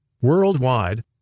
Worldwide